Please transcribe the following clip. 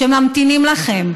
שממתינים לכם,